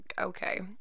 okay